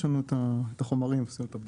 יש לנו את החומרים ונעשה את הבדיקות.